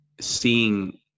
seeing